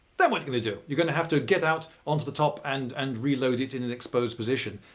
then what can you do? you're going to have to get out onto the top and and reload it in an exposed position.